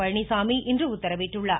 பழனிச்சாமி இன்று உத்தரவிட்டுள்ளார்